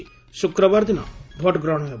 ଶ୍ରୁକ୍ରବାରଦିନ ଭୋଟଗ୍ରହଣ ହେବ